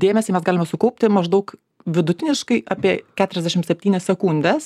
dėmesį mes galime sukaupti maždaug vidutiniškai apie keturiasdešim septynias sekundes